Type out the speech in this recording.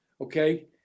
okay